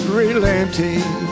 relenting